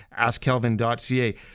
Askkelvin.ca